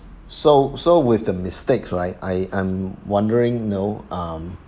so so with the mistakes right I am wondering know um